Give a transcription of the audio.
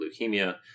leukemia